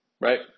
right